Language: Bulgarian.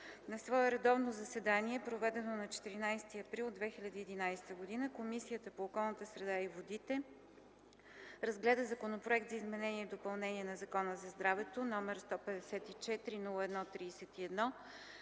На свое редовно заседание, проведено на 14 април 2011 г., Комисията по околната среда и водите разгледа Законопроект за изменение и допълнение на Закона за здравето, № 154-01-31,